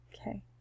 Okay